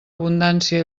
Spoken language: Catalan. abundància